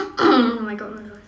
my God my God